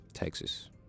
Texas